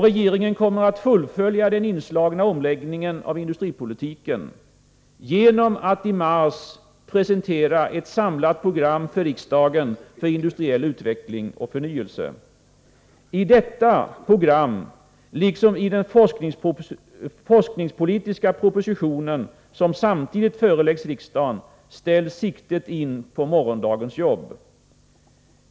Regeringen kommer att fullfölja den påbörjade omläggningen av industripolitiken genom att i mars för riksdagen presentera ett samlat program för industriell utveckling och förnyelse. I detta program, liksom i den forskningspolitiska proposition som samtidigt föreläggs riksdagen, ställs siktet in på morgondagens jobb.